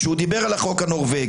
כשהוא דיבר על החוק הנורבגי,